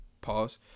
pause